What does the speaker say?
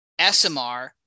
SMR